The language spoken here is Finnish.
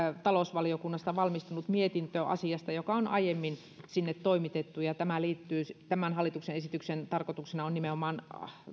talousvaliokunnasta valmistunut mietintö asiasta joka on aiemmin sinne toimitettu tämän hallituksen esityksen tarkoituksena on nimenomaan